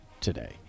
today